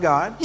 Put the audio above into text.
God